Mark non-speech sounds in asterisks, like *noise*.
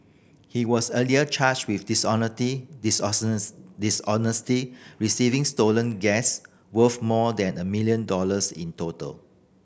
he was earlier charged with *unintelligible* dishonestly receiving stolen gas worth more than a million dollars in total